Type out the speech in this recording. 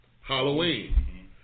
Halloween